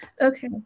Okay